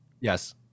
Yes